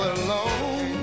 alone